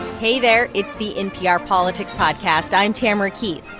hey there. it's the npr politics podcast. i'm tamara keith.